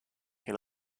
can